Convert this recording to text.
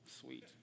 Sweet